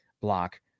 block